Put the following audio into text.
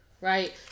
Right